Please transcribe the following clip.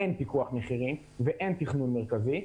אין פיקוח מחירים ואין תכנון מרכזי.